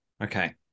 Okay